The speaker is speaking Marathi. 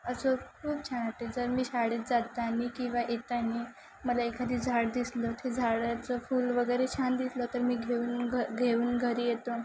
असं खूप छान वाटते जर मी शाळेत जाताना किंवा येताना मला एखादी झाड दिसलं ते झाडाचं फूल वगैरे छान दिसलं तर मी घेऊन घ घेऊन घरी येतो